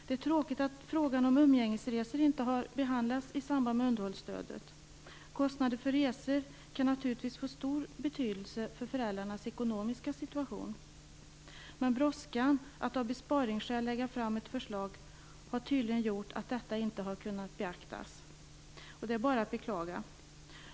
Det är tråkigt att frågan om umgängesresor inte har behandlats i samband med underhållsstödet. Kostnader för resor kan naturligtvis få stor betydelse för föräldrarnas ekonomiska situation. Men brådskan att av besparingsskäl lägga fram ett förslag har tydligen gjort att detta inte har kunnat beaktas. Det är bara att beklaga.